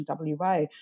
WA